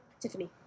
Tiffany